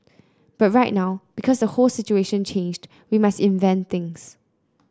but right now because the whole situation changed we must invent things